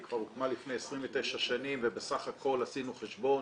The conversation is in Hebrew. היא כבר הוקמה לפני 29 שנים ובסך הכל עשינו חשבון